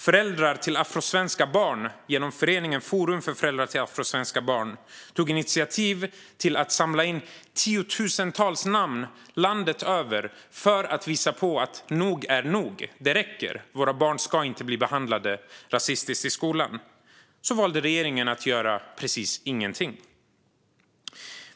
Föräldrar till afrosvenska barn har genom föreningen Forum för föräldrar till afrosvenska barn tagit initiativ till att samla in tiotusentals namn landet över för att visa på att nog är nog. Man sa: Det räcker nu, våra barn ska inte ska bli behandlade rasistiskt i skolan! Regeringen valde att göra exakt ingenting.